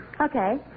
Okay